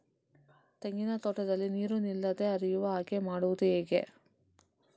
ತೆಂಗಿನ ತೋಟದಲ್ಲಿ ನೀರು ನಿಲ್ಲದೆ ಹರಿಯುವ ಹಾಗೆ ಮಾಡುವುದು ಹೇಗೆ?